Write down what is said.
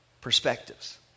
perspectives